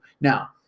now